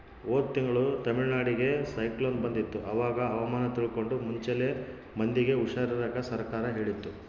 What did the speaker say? ಹೋದ ತಿಂಗಳು ತಮಿಳುನಾಡಿಗೆ ಸೈಕ್ಲೋನ್ ಬಂದಿತ್ತು, ಅವಾಗ ಹವಾಮಾನ ತಿಳ್ಕಂಡು ಮುಂಚೆಲೆ ಮಂದಿಗೆ ಹುಷಾರ್ ಇರಾಕ ಸರ್ಕಾರ ಹೇಳಿತ್ತು